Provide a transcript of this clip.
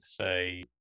say